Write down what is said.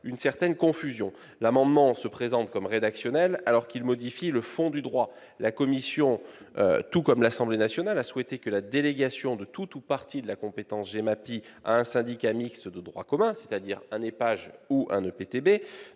une certaine confusion. Cet amendement est présenté comme rédactionnel, alors qu'il vise à modifier le fond du droit. À l'instar de l'Assemblée nationale, la commission a souhaité que la délégation de tout ou partie de la compétence GEMAPI à un syndicat mixte de droit commun, c'est-à-dire un EPAGE ou un EPTB,